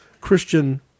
Christian